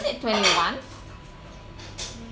it twenty one